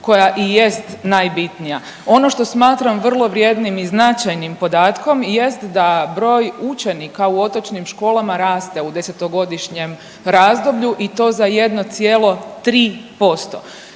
koja i jest najbitnija. Ono što smatram vrlo vrijednim i značajnim podatkom jest da broj učenika u otočnim školama raste u desetgodišnjem razdoblju i to za 1,3%.